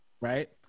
Right